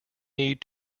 need